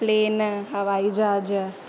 plain हवाई जहाज